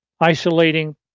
isolating